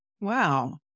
Wow